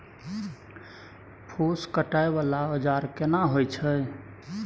फूस काटय वाला औजार केना होय छै?